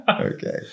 Okay